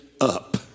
up